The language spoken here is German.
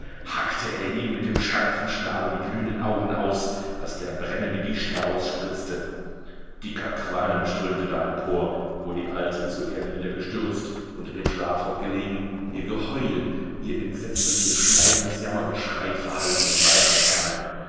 hackte er ihm mit dem scharfen schnabel die glühenden augen aus daß der brennende gischt herausspritzte dicker qualm strömte da empor wo die alte zur erde niedergestürzt unter dem schlafrock gelegen ihr geheul ihr entsetzliches schneidendes jammergeschrei verhallte in weiter ferne